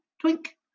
twink